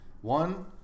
One